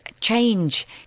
change